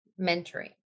mentoring